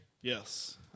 Yes